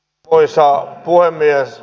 arvoisa puhemies